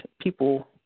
people